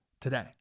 today